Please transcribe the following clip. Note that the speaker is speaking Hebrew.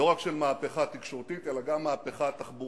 לא רק של מהפכה תקשורתית אלא גם מהפכה תחבורתית.